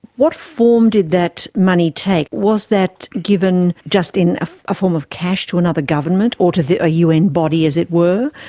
what form did that money take? was that given just in a form of cash to another government or to a un body, as it were?